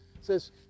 says